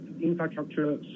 infrastructure